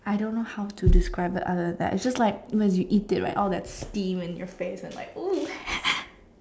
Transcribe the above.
I don't know how to describe the other than that it's just like when you eat it right all that steam in your face like !woo!